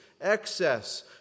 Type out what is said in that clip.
excess